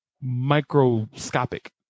microscopic